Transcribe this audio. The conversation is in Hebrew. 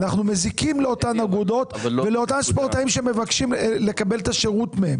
אנחנו מזיקים לאותן אגודות ולאותם ספורטאים שמבקשים לקבל את השירות מהם.